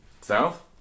South